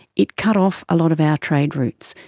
it cut off a lot of our trade routes,